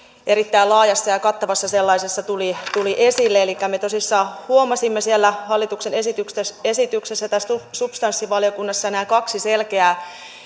erittäin laajassa ja ja kattavassa sellaisessa tulivat esille me tosissaan huomasimme hallituksen esityksessä tässä substanssivaliokunnassa nämä kaksi selkeää